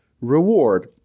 reward